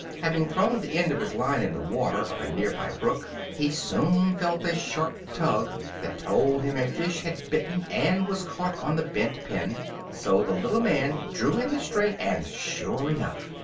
having thrown the end of his line in the water of a nearby brook he soon felt a sharp tug that told him a fish had bitten and was caught on the bent pin so the little man drew in the string and, sure enough,